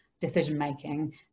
decision-making